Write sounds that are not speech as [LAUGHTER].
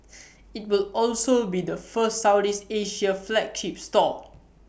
[NOISE] IT will also be the first Southeast Asia flagship store